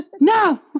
no